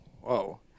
whoa